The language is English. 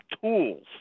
tools